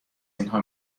اینها